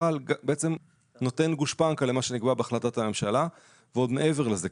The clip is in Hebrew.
נותן גושפנקה למה שנקבע בהחלטת הממשלה ועוד מעבר לזה.